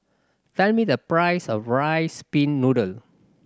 tell me the price of Rice Pin Noodles